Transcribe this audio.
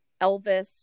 Elvis